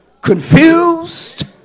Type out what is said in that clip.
confused